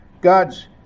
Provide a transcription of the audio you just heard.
God's